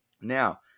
Now